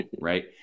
Right